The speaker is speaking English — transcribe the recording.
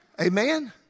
Amen